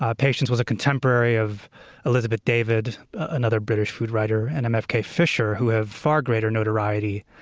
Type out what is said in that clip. ah patience was a contemporary of elizabeth david another british food writer and m f k. fisher, who have far greater notoriety.